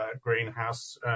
greenhouse